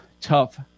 tough